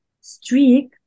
streak